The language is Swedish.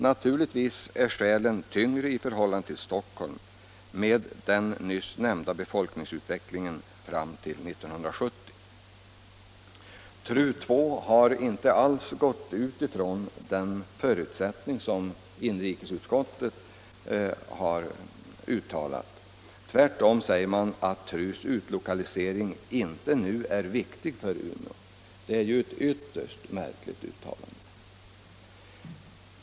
Naturligtvis är skälen tyngre i förhållande till Stockholm med den nyss nämnda befolkningsutvecklingen fram till 1970. TRU II har inte alls gått ut från den förutsättning som inrikesutskottet uttalat. Tvärtom säger man att TRU:s utlokalisering inte nu är viktig för Umeå. Det är ett ytterst märkligt uttalande.